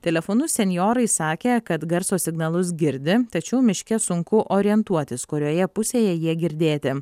telefonu senjorai sakė kad garso signalus girdi tačiau miške sunku orientuotis kurioje pusėje jie girdėti